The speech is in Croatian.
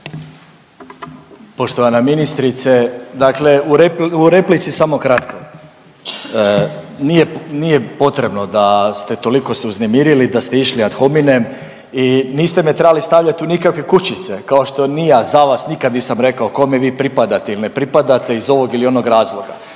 Poštovana ministrice. Dakle, u replici samo kratko, nije potrebno da ste toliko se uznemirili da ste išli ad hominem i niste mi trebali stavljati u nikakve kućice kao što ni ja za sva nikad nisam rekao kome vi pripadate il ne pripadate iz ovog ili onog razloga,